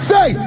Say